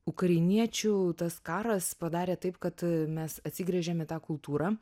ukrainiečių tas karas padarė taip kad mes atsigręžiam į tą kultūrą